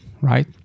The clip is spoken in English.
right